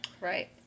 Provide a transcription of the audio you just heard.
Right